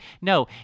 No